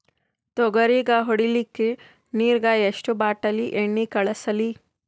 ತೊಗರಿಗ ಹೊಡಿಲಿಕ್ಕಿ ನಿರಾಗ ಎಷ್ಟ ಬಾಟಲಿ ಎಣ್ಣಿ ಕಳಸಲಿ?